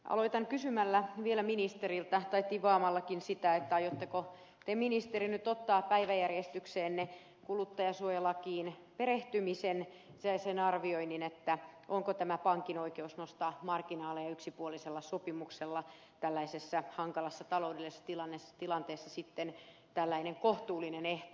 aloitan kysymällä vielä ministeriltä tai tivaamallakin sitä aiotteko te ministeri nyt ottaa päiväjärjestykseenne kuluttajansuojalakiin perehtymisen sen arvioinnin onko tämä pankin oikeus nostaa marginaaleja yksipuolisella sopimuksella tällaisessa hankalassa taloudellisessa tilanteessa sitten tällainen kohtuullinen ehto